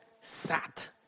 sat